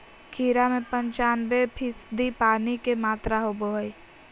खीरा में पंचानबे फीसदी पानी के मात्रा होबो हइ